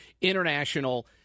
international